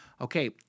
okay